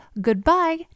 goodbye